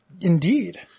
Indeed